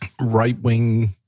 right-wing